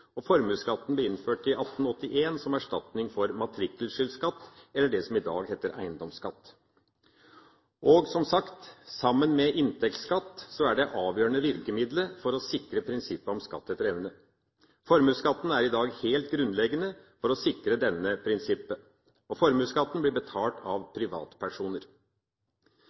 skattyter. Formuesskatten ble innført i 1881 som en erstatning for matrikkelskyldskatt, eller det som i dag heter eiendomsskatt. Og som sagt, sammen med inntektsskatt er det det avgjørende virkemidlet for å sikre prinsippet om skatt etter evne. Formuesskatten er i dag helt grunnleggende for å sikre dette prinsippet, og formuesskatten blir betalt av privatpersoner.